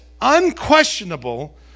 unquestionable